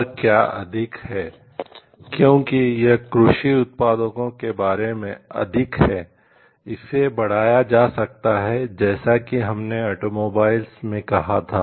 और क्या अधिक है क्योंकि यह कृषि उत्पादों के बारे में अधिक है इसे बढ़ाया जा सकता है जैसा कि हमने ऑटोमोबाइल में कहा था